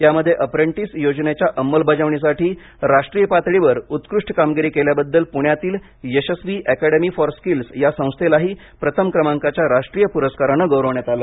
यामध्ये अप्रेंटीस योजनेच्या अंमलबजावणीसाठी राष्ट्रीय पातळीवर उत्कृष्ट कामगिरी केल्याबद्दल पुण्यातील यशस्वी अकॅडमी फॉर स्किल्स या संस्थेलाही प्रथम क्रमांकाच्या राष्ट्रीय पुरस्काराने गौरवण्यात आले